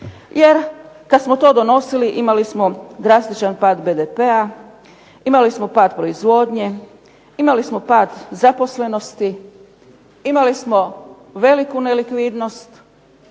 Jer kad smo to donosili imali smo drastičan pad BDP-a, imali smo pad proizvodnje, imali smo pad zaposlenosti, imali smo veliku nelikvidnost,